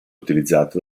utilizzato